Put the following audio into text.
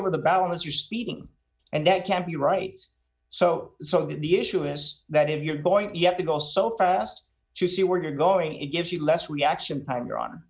over the balance or speeding and that can't be rights so so the issue is that if your boy you have to go so fast to see where you're going it gives you less reaction time you're on